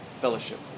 fellowship